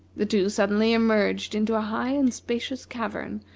the two suddenly emerged into a high and spacious cavern,